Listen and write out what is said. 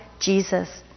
Jesus